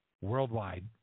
worldwide